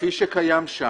כפי שקיים שם,